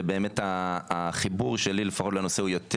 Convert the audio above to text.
ובאמת החיבור שלי לנושא הוא יותר